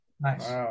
nice